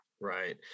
right